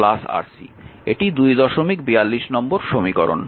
এটি 242 নম্বর সমীকরণ